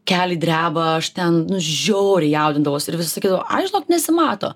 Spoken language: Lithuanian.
keliai dreba aš ten nu žiauriai jaudindavausi ir visi sakydavo ai žinok nesimato